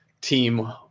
team